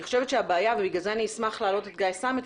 אני חושבת שהבעיה ובגלל זה אשמח להעלות את גיא סמט,